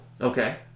Okay